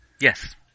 Yes